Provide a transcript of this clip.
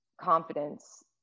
confidence